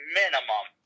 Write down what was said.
minimum